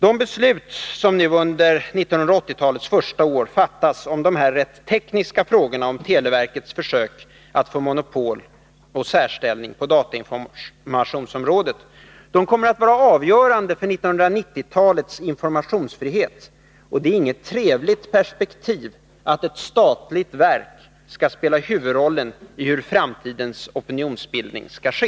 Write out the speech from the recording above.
De beslut som nu under 1980-talets första år fattas om de här rätt tekniska frågorna om televerkets försök att få monopol och särställning på datainformationsområdet kommer att vara avgörande för 1990-talets informationsfrihet. Det är inget trevligt perspektiv att ett statligt verk skall spela huvudrollen beträffande hur framtidens opinionsbildning skall ske.